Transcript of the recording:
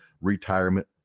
retirement